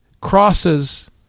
crosses